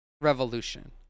revolution